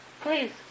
please